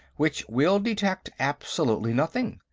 which will detect absolutely nothing.